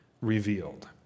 revealed